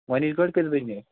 گۄڈنِچ گٲڑۍ کٔژِ بجےٚ نیرِ